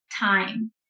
time